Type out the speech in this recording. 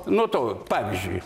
nuo to pavyzdžiui